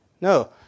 No